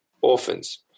orphans